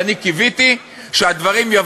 החרדים,